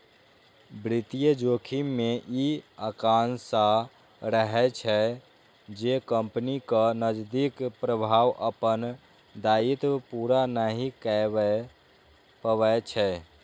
वित्तीय जोखिम मे ई आशंका रहै छै, जे कंपनीक नकदीक प्रवाह अपन दायित्व पूरा नहि कए पबै छै